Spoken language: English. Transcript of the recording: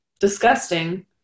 Disgusting